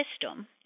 system